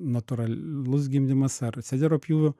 natūralus gimdymas ar cezario pjūviu